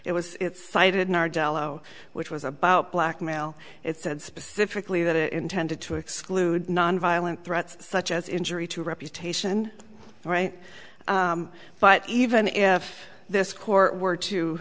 was cited in our jello which was about blackmail it said specifically that it intended to exclude nonviolent threats such as injury to reputation right but even if this court were to